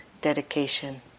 dedication